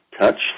touched